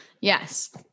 Yes